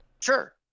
Sure